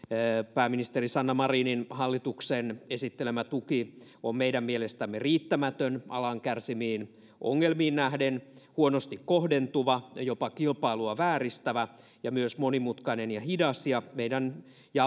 pääministeri sanna marinin hallituksen esittelemä tuki on meidän mielestämme riittämätön alan kärsimiin ongelmiin nähden huonosti kohdentuva jopa kilpailua vääristävä ja myös monimutkainen ja hidas ja